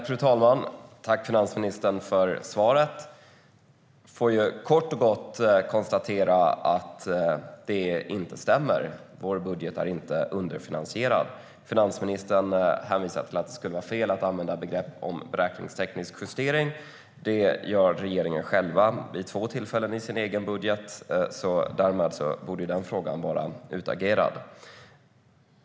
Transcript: Fru talman! Tack, finansministern, för svaret! Jag kan kort och gott konstatera att det inte stämmer. Vår budget är inte underfinansierad. Finansministern hävdar att det skulle vara fel att använda begrepp som beräkningsteknisk justering. Det gör regeringen själv vid två tillfällen i sin egen budget. Därmed borde den frågan vara utagerad.